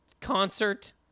concert